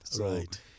right